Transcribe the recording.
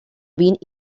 vint